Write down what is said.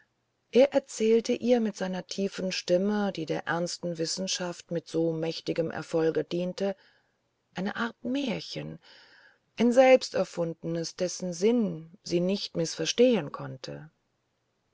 er erzählte ihr mit seiner tiefen stimme die der ernsten wissenschaft mit so mächtigem erfolge diente eine art märchen ein selbsterfundenes dessen sinn sie nicht mißverstehen konnte